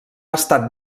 estat